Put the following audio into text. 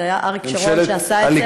זה היה אריק שרון שעשה את זה,